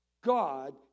God